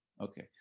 Okay